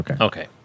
okay